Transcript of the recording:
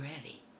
ready